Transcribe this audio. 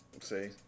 See